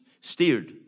steered